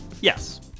Yes